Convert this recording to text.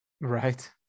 Right